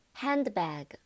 handbag